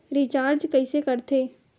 Recharge कइसे कर थे?